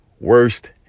worst